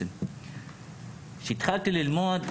כשהתחלתי ללמוד,